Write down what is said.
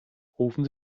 rufen